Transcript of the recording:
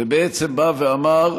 ובעצם בא ואמר: